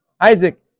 Isaac